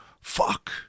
Fuck